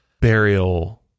burial